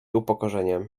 upokorzeniem